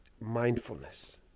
mindfulness